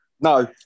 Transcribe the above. No